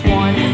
one